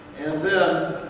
and then